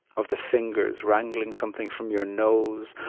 of the fingers wrangling something from your nose,